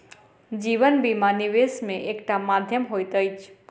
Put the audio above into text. जीवन बीमा, निवेश के एकटा माध्यम होइत अछि